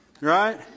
Right